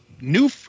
new